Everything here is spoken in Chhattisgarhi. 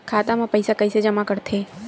खाता म पईसा कइसे जमा करथे?